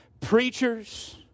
Preachers